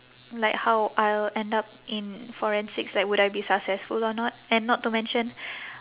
like how I'll end up in forensics like would I be successful or not and not to mention